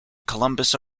columbus